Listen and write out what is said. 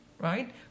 right